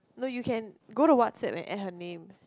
no you can go to WhatsApp and add her name